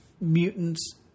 mutants